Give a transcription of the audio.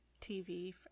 TV